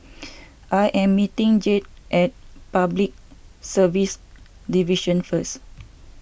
I am meeting Jed at Public Service Division first